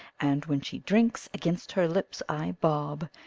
and, when she drinks, against her lips i bob,